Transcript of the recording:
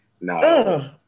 no